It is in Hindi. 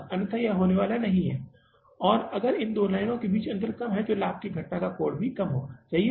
अन्यथा यह होने वाला नहीं है और अगर यह इन दो लाइनों के बीच का अंतर कम है तो लाभ की घटना का कोण इतना कम है सही है